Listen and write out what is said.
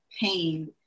pain